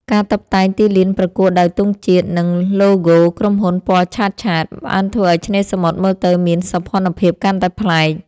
ការតុបតែងទីលានប្រកួតដោយទង់ជាតិ និងឡូហ្គោក្រុមហ៊ុនពណ៌ឆើតៗ បានធ្វើឱ្យឆ្នេរសមុទ្រមើលទៅមានសោភ័ណភាពកាន់តែប្លែក។